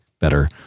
better